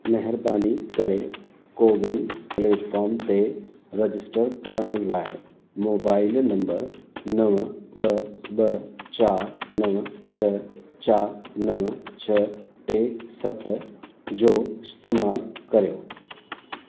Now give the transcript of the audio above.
महिरबानी करे कोविन प्लेटफोर्म ते रजिस्टर करण लाइ मोबाइल नंबर नवं ॿ ॿ चार नवं छह चार नवं छ्ह टे सत जो इस्तेमालु कर्यो